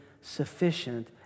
sufficient